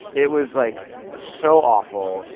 it was like so awful.